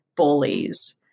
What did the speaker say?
Bullies